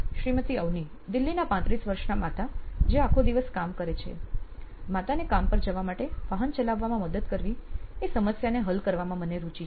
શ્રીમતી અવની દિલ્હીના 35 વર્ષના માતા જે આખો દિવસ કામ કરે છે માતાને કામ પર જવા માટે વાહન ચલાવવામાં મદદ કરવી એ સમસ્યાને હાલ કરવામાં મને રુચિ છે